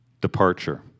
Departure